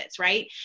right